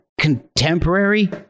contemporary